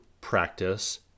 Practice